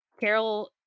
Carol